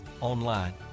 online